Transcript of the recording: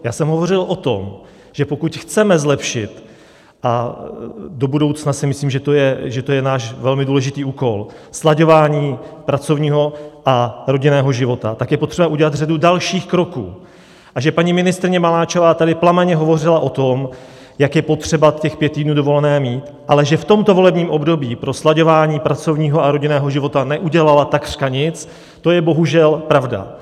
Já jsem hovořil o tom, že pokud chceme zlepšit, a do budoucna si myslím, že to je náš velmi důležitý úkol, slaďování pracovního a rodinného života, tak je potřeba udělat řadu dalších kroků, a že tady paní ministryně Maláčová plamenně hovořila o tom, jak je potřeba těch pět týdnů dovolené mít, ale že v tomto volebním období pro slaďování pracovního a rodinného života neudělala takřka nic, to je bohužel pravda.